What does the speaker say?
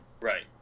right